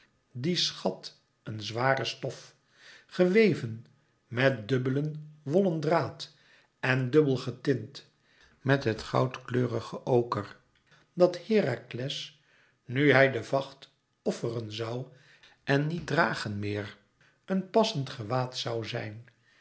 dien schat een zware stof geweven met dubbelen wollen draad en dubbel getint met het goudkleurige oker dat herakles nu hij den vacht offeren zoû en niet dragen meer een passend gewaad zoû zijn